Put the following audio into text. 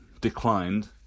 declined